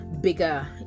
bigger